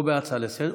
או בהצעה לסדר-היום,